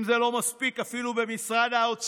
אם זה לא מספיק, אפילו במשרד האוצר